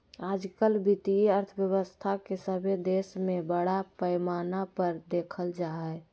आजकल वित्तीय अर्थशास्त्र के सभे देश में बड़ा पैमाना पर देखल जा हइ